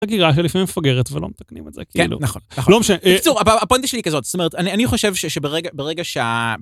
לפעמים מפגרת ולא מתקנים את זה. כאילו... כן. נכון. לא משנה... בקיצור, הפואנטה שלי היא כזאת. זאת אומרת, אני... אני חושב שברגע... ברגע שה...